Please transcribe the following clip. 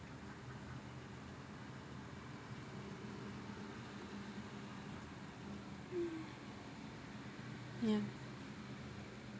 ya